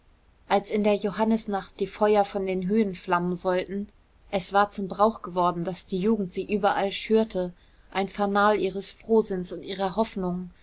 als in der johannisnacht die feuer von den höhen flammen sollten es war zum brauch geworden daß die jugend sie überall schürte ein fanal ihres frohsinns und ihrer hoffnungen